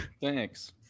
Thanks